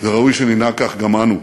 וראוי שננהג כך גם אנו.